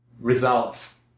results